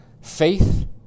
faith